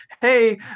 Hey